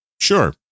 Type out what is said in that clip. sure